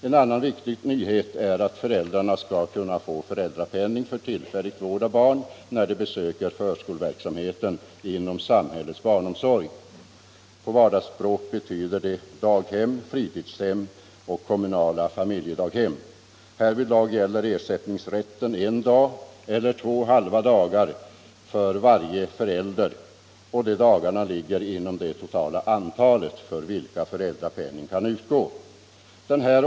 En annan viktig nyhet är att föräldrarna skall kunna få föräldrapenning för tillfällig vård av barn när de besöker förskoleverksamhet inom samhällets barnomsorg, dvs. daghem, fritidshem och kommunala familjedaghem. Härvidlag gäller ersättningsrätten en dag eller två halva dagar för varje förälder. Dessa dagar ligger inom det totala antal dagar för vilka föräldrapenning kan utgå.